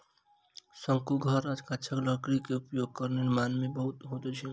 शंकुधर गाछक लकड़ी के उपयोग घर निर्माण में होइत अछि